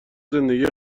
زندگی